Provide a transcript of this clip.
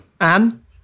Anne